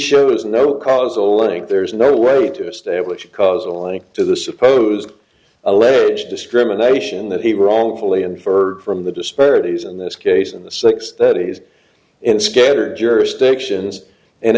shows no causal link there's no way to establish a causal link to the supposed alleged discrimination that he wrongfully and for from the disparities in this case in the six that he is in scattered jurisdictions and